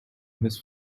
his